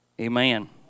Amen